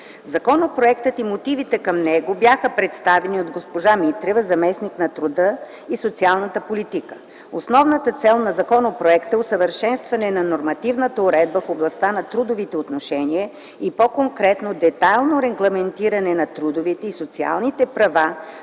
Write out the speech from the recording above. Законопроектът и мотивите към него бяха представени от госпожа Христина Митрева – заместник-министър на труда и социалната политика. Основната цел на законопроекта е усъвършенстване на нормативната уредба в областта на трудовите отношения, и по-конкретно – детайлно регламентиране на трудовите и социалните права